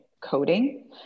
coding